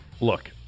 Look